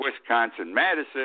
Wisconsin-Madison